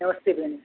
नमस्ते भइया नमस्ते